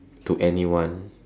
to anyone